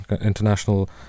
International